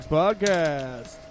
podcast